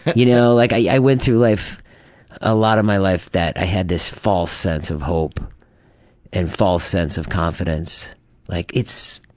you know like i went through life a lot of my life that i had this false sense of hope and false sense of confidence like it's.